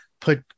put